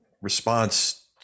response